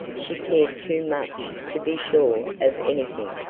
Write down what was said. she cared too much to be sure of anything.